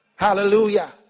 Hallelujah